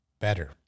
better